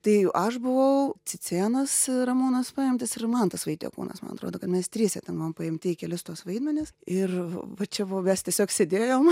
tai aš buvau cicėnas ramūnas paimtas ir mantas vaitiekūnas man atrodo kad mes trise ten buvom paimti į kelis tuos vaidmenis ir va čia buvo mes tiesiog sėdėjom